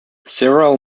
several